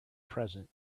present